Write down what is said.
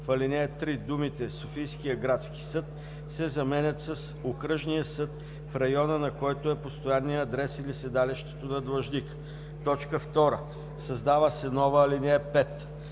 В ал. 3 думите „Софийския градски съд“ се заменят с „окръжния съд, в района на който е постоянният адрес или седалището на длъжника“. 2. Създава се нова ал. 5: